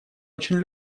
очень